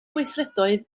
gweithredoedd